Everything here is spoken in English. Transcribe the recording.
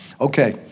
Okay